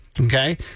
okay